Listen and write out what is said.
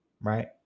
right